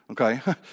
okay